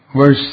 verse